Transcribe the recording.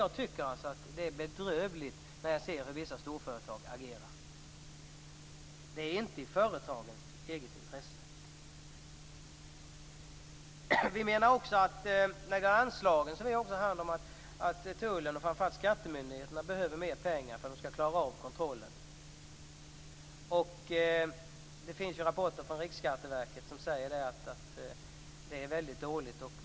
Jag tycker alltså att det är bedrövligt när jag ser hur vissa storföretag agerar. Det är inte i företagens eget intresse. När det gäller de anslag som vi också har hand om menar vi att tullen och framför allt skattemyndigheterna behöver mer pengar för att klara av kontrollen. Det finns ju rapporter från Riksskatteverket som säger att det här är väldigt dåligt.